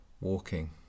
walking